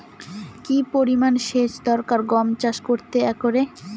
কি পরিমান সেচ দরকার গম চাষ করতে একরে?